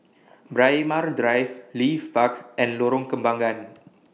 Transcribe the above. Braemar Drive Leith Park and Lorong Kembagan